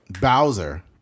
Bowser